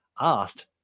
asked